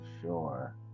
sure